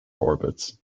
orbits